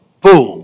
boom